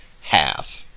half